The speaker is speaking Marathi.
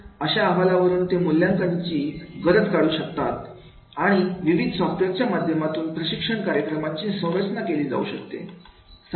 अशा अहवालावर वरून ते मूल्यांकनाची गरज काढू शकतात आणि विविध सॉफ्टवेअरच्या माध्यमातून प्रशिक्षण कार्यक्रमाची संरचना केली जाऊ शकते